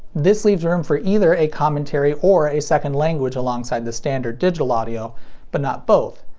this leaves room for either a commentary or a second language alongside the standard digital audio but not both.